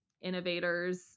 innovators